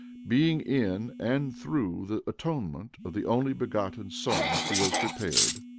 being in and through the atonement of the only begotten son, who was prepared